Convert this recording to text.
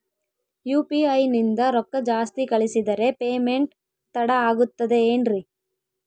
UPI ನಿಂದ ರೊಕ್ಕ ಜಾಸ್ತಿ ಕಳಿಸಿದರೆ ಪೇಮೆಂಟ್ ತಡ ಆಗುತ್ತದೆ ಎನ್ರಿ?